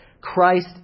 Christ